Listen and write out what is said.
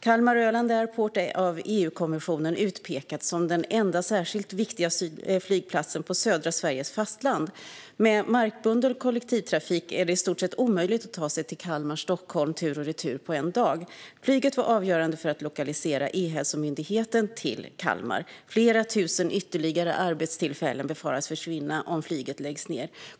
Kalmar Öland Airport har av EU-kommissionen utpekats som den enda särskilt viktiga flygplatsen på södra Sveriges fastland. Med markbunden kollektivtrafik är det i stort sett omöjligt att ta sig Kalmar-Stockholm tur och retur på en dag. Flyget var avgörande för att man lokaliserade E-hälsomyndigheten till Kalmar. Flera tusen ytterligare arbetstillfällen befaras försvinna om flyget läggs ned.